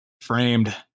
framed